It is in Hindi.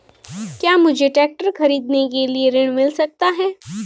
क्या मुझे ट्रैक्टर खरीदने के लिए ऋण मिल सकता है?